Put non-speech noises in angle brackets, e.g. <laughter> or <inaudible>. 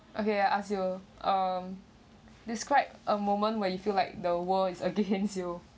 okay I ask you um describe a moment when you feel like the world is against <laughs> you